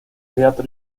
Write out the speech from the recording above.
teatro